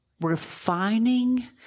refining